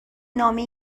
نامه